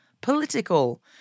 political